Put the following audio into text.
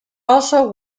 also